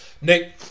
Nick